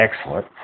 excellent